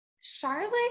Charlotte